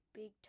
big